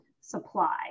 supply